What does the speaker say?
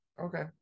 Okay